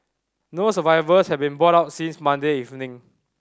no survivors have been brought out since Monday evening